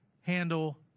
handle